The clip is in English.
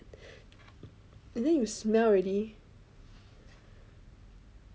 and then you smell already